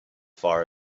far